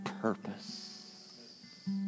purpose